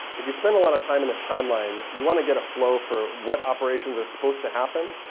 if you spend a lot of time in the timeline, you want to get a flow for what operations are supposed to happen.